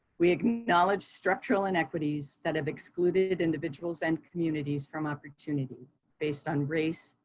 we acknowledge structural inequities that have excluded individuals and communities from opportunity based on race,